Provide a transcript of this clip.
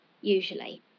usually